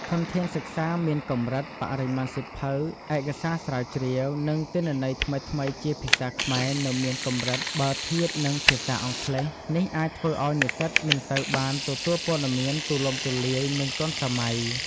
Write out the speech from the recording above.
ធនធានសិក្សាមានកម្រិត បរិមាណសៀវភៅ ឯកសារស្រាវជ្រាវ និងទិន្នន័យថ្មីៗជាភាសាខ្មែរនៅមានកម្រិតបើធៀបនឹងភាសាអង់គ្លេស។ នេះអាចធ្វើឱ្យនិស្សិតមិនសូវបានទទួលព័ត៌មានទូលំទូលាយ និងទាន់សម័យ។